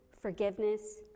forgiveness